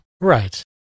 Right